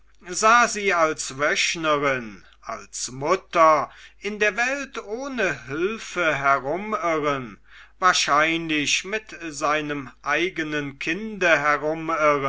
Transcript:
sah sie als wöchnerin als mutter in der welt ohne hülfe herumirren wahrscheinlich mit seinem eigenen kinde